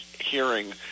hearing